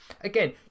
again